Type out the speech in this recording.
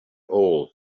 all